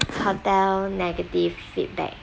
hotel negative feedback